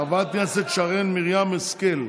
חברת הכנסת שרן מרים השכל,